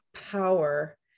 power